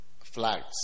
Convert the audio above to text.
flags